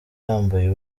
yambaye